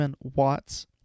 Watts